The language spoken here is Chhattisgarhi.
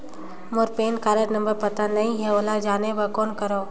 मोर पैन कारड नंबर पता नहीं है, ओला जाने बर कौन करो?